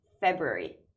February